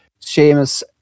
Seamus